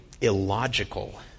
illogical